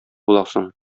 буласың